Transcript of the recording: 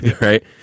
right